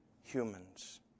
humans